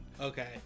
okay